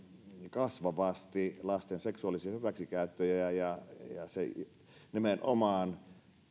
kasvavasti lasten seksuaalisia hyväksikäyttöjä ja nimenomaan